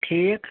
ٹھیٖک